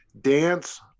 Dance